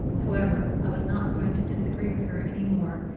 however, i was not going to disagree with her any more,